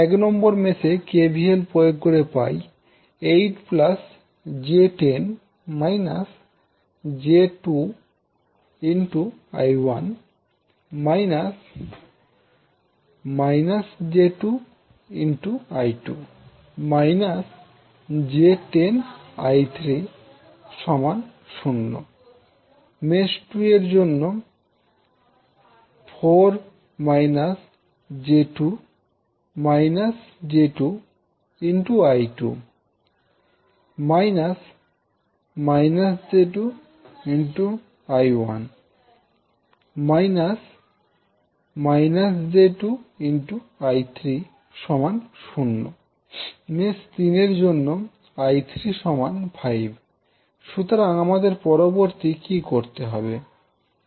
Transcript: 1 নম্বর মেশ এ KVL প্রয়োগ করে পাই 8 j10 − j2I1 − −j2I2 − j10I3 0 mesh 2 এর জন্য 4 − j2 − j2I2 − −j2I1 − −j2I3 0 mesh 3 এর জন্য I3 5 সুতরাং আমাদের পরবর্তী কি করতে হবে